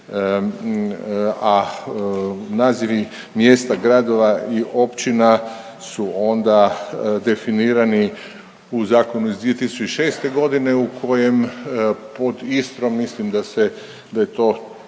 a nazivi mjesta gradova i općina su onda definirani u zakonu iz 2006. g. u kojem pod Istrom mislim da se, da je to,